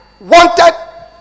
wanted